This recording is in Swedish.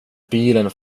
bilen